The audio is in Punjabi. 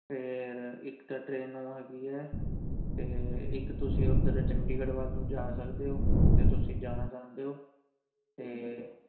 ਅਤੇ ਇੱਕ ਤਾਂ ਟਰੇਨ ਉਹ ਹੈਗੀ ਹੈ ਅਤੇ ਇੱਕ ਤੁਸੀਂ ਉੱਧਰ ਚੰਡੀਗੜ੍ਹ ਵੱਲ ਨੂੰ ਜਾ ਸਕਦੇ ਹੋ ਜੇ ਤੁਸੀਂ ਜਾਣਾ ਚਾਹੁੰਦੇ ਹੋ ਅਤੇ